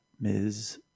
Ms